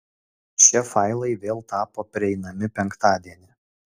šie failai vėl tapo prieinami penktadienį